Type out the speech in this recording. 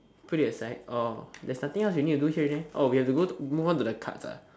put it aside oh there's nothing else we need to do here already oh we have to go~ move on to the cards ah